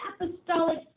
apostolic